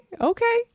okay